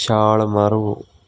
ਛਾਲ ਮਾਰੋ